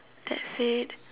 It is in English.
that said